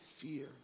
fear